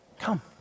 Come